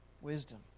Wisdom